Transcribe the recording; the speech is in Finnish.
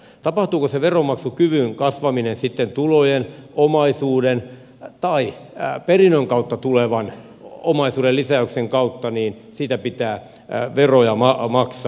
tapahtuupa se veronmaksukyvyn kasvaminen sitten tulojen omaisuuden tai perinnön kautta tulevan omaisuuden lisäyksen kautta niin siitä pitää veroja maksaa